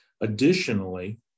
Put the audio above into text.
Additionally